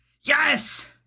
yes